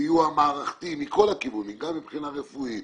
סיוע מערכתי מכל הכיוונים גם מבחינה רפואית,